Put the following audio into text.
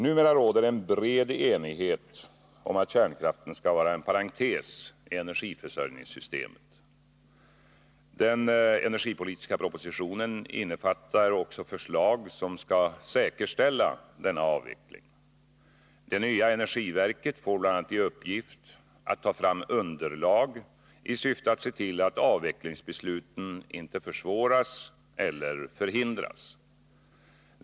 Numera råder en bred enighet om att kärnkraften skall vara en parentes i energiförsörjningssystemet. Den energipolitiska propositionen innefattar också förslag som skall säkerställa denna avveckling. Det nya energiverket får bl.a. i uppgift att ta fram underlag i syfte att se till att avvecklingsbesluten inte försvåras eller förhindras.